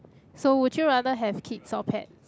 so would you rather have kids or pet